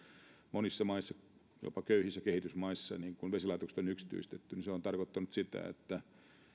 monissa maissa jopa köyhissä kehitysmaissa että kun vesilaitokset on yksityistetty niin se on tarkoittanut sitä että